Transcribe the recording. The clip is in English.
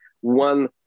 one